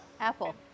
Apple